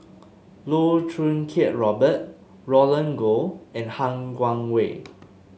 Loh Choo Kiat Robert Roland Goh and Han Guangwei